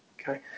okay